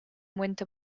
winter